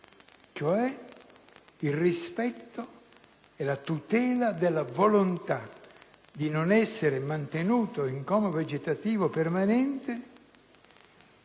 cioè il rispetto e la tutela della volontà di non essere mantenuto in coma vegetativo permanente,